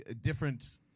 different